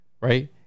right